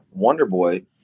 Wonderboy